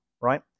right